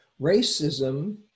Racism